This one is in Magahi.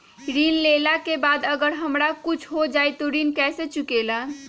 ऋण लेला के बाद अगर हमरा कुछ हो जाइ त ऋण कैसे चुकेला?